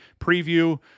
preview